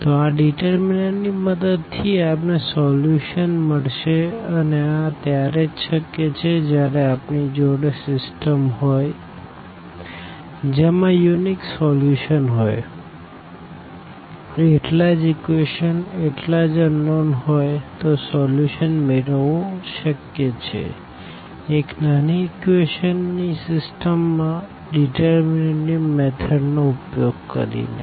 તો આ ડીટરમીનન્ટ ની મદદ થી આપણને સોલ્યુશન મળશે અને આ ત્યારે જ શક્ય છે જયારે આપણી જોડે સીસ્ટમ હોઈ જેમાં યુનિક સોલ્યુશન હોઈએટલા જ ઇક્વેશન એટલા જ અનનોન હોઈ તો સોલ્યુશન મેળવવું શક્ય છે એક નાની ઇક્વેશન ની સીસ્ટમ માં ડીટરમીનન્ટ ની મેથડ નો ઉપયોગ કરી ને